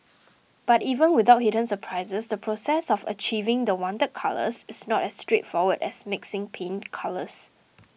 but even without hidden surprises the process of achieving the wanted colours is not as straightforward as mixing paint colours